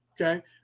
okay